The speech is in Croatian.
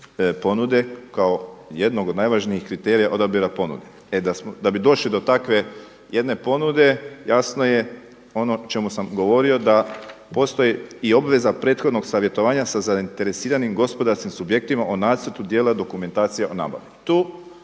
ponude kao jednog od najvažnijeg kriterija odabira ponude. Da bi došli do takve jedne ponude, jasno je ono o čemu sam govorio da postoji i obveza prethodnog savjetovanja za zainteresiranim gospodarskim subjektima o nacrtu dijela dokumentacija o nabavi.